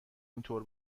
اینطور